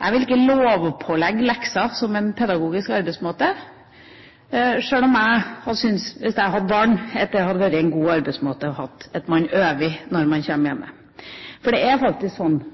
Jeg vil ikke lovpålegge lekser som en pedagogisk arbeidsmåte, sjøl om jeg hadde syntes – hvis jeg hadde hatt barn – at det hadde vært en god arbeidsmåte å ha, at man øver når man kommer hjem. Det å jobbe på skolen er faktisk